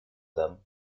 dame